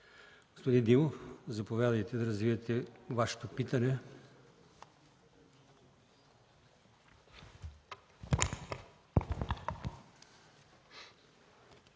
Господин Димов, заповядайте да развиете Вашето питане.